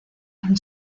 han